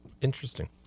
Interesting